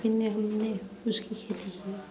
इनने हमने कुछ की खेती की